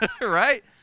Right